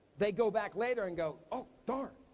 they go back later and go, oh darn,